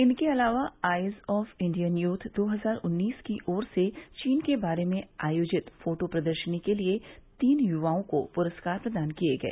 इनके अलावा eyes of Indian youth दो हजार उन्नीस की ओर से चीन के बारे में आयोजित फोटो प्रदर्शनी के लिए तीन युवाओं को पुरस्कार प्रदान किये गए